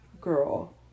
girl